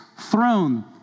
throne